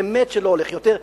באמת שלא הולך יותר,